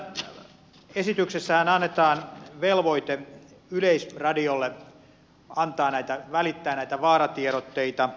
tässä esityksessähän annetaan velvoite yleisradiolle välittää näitä vaaratiedotteita